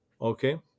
Okay